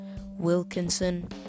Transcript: Wilkinson